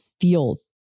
feels